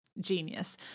genius